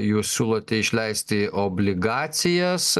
jūs siūlote išleisti obligacijas